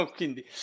Quindi